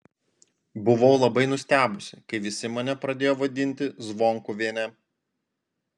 buvau labai nustebusi kai visi mane pradėjo vadinti zvonkuviene